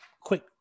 quick